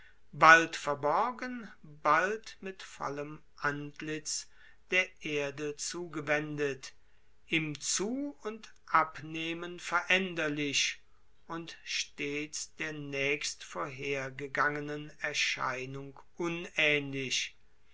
bald verborgen bald mit vollem antlitz der erde zugewendet im zu und abnehmen veränderlich und stets der nächst vorhergegangenen erscheinung unähnlich